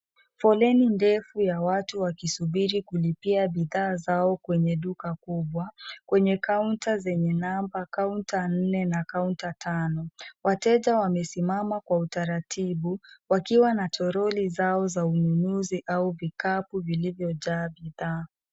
Foleni ndefu ya watu wakisubiri kulipia bidhaa zao kwenye duka kubwa. Kwenye kaunta zenye namba kaunta nne na kaunta tano. Wateja wamesimama kwa utaratibu wakiwa na troli zao za ununuzi au vikapu vilivyojaa bidhaa.